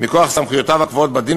מכוח סמכויותיו הקבועות בדין,